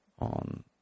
on